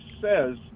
says